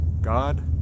God